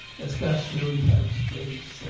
at scottsdale you have space.